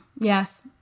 Yes